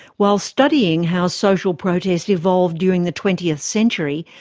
while studying how social protest evolved during the twentieth century,